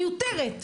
מיותרת.